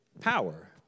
power